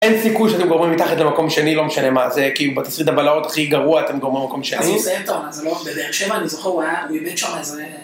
אין סיכוי שאתם גומרים מתחת למקום שני, לא משנה מה זה. כאילו בתסריט הבלהות הכי גרוע, אתם גומרים למקום שני. -אז הוא מסיים את העונה, זה לא... בבאר שבע אני זוכר, הוא היה... הוא איבד שם איזה